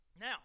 Now